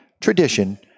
tradition